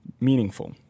meaningful